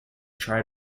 try